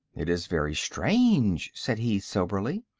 it is very strange, said he, soberly.